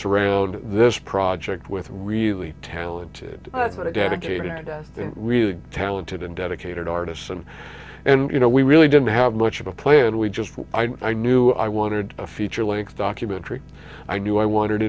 surround this project with really talented dedicated and really talented and dedicated artists and and you know we really didn't have much of a play and we just i knew i wanted a feature length documentary i knew i wanted